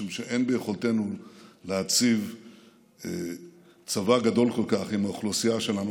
משום שאין ביכולתנו להציב צבא גדול כל כך עם האוכלוסייה שלנו,